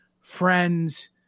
friends